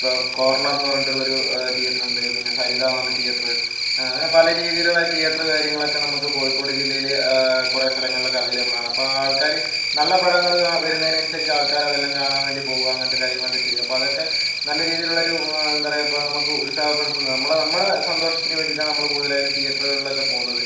ഇപ്പോൾ കോർണർ എന്നു പറഞ്ഞിട്ടുള്ളൊരു തിയേറ്റർ ഉണ്ട് പിന്നെ സരിത എന്നു പറഞ്ഞ തിയേറ്ററ് അങ്ങനെ പല രീതിയിലുള്ള തിയേറ്ററ് കാര്യങ്ങളൊക്കെ നമുക്ക് കോഴിക്കോട് ജില്ലയിൽ കുറേ സ്ഥലങ്ങളിലൊക്കെ അവൈലബിൾ ആണ് അപ്പോൾ ആൾക്കാർ നല്ല പടങ്ങൾ വരുന്നതിനനുസരിച്ച് ആൾക്കാർ അതെല്ലാം കാണാൻ വേണ്ടി പോവും അങ്ങനത്തെ കാര്യങ്ങളൊക്കെ ചെയ്യും അപ്പം അതൊക്കെ നല്ല രീതിയിലുള്ളൊരു എന്താ പറയുക ഇപ്പോൾ നമുക്ക് ഉത്സാഹപെടുത്തുന്ന നമ്മളെ നമ്മുടെ സന്തോഷത്തിന് വേണ്ടിയിട്ടാണ് നമ്മൾ കൂടുതലായിട്ടും തിയേറ്ററുകളിലൊക്കെ പോവുന്നത്